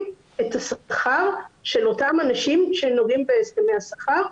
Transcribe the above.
את השכר של אותם אנשים שנוגעים בהסכמי השכר,